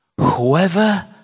Whoever